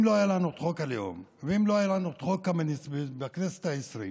אם לא היה לנו את חוק הלאום ואם לא היה לנו את חוק קמיניץ בכנסת העשרים,